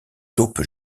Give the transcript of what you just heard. taupes